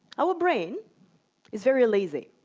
our brain is very lazy.